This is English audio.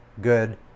good